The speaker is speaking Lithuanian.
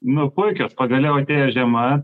nu puikios pagaliau atėjo žiema